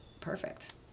Perfect